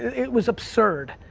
it was absurd.